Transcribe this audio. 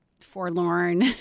forlorn